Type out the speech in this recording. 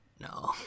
No